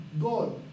God